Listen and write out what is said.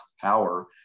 power